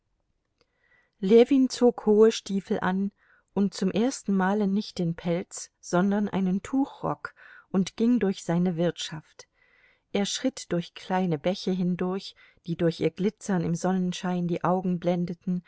ljewin zog hohe stiefel an und zum ersten male nicht den pelz sondern einen tuchrock und ging durch seine wirtschaft er schritt durch kleine bäche hindurch die durch ihr glitzern im sonnenschein die augen blendeten